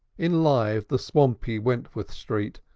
enlivened the swampy wentworth street,